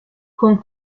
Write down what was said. con